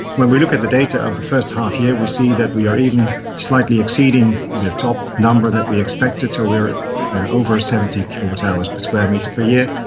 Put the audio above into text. when we look at the data of the first half-year we see that we are even slightly exceeding the top number that we expected, so we are over seventy kilowatt hours per square metre per year,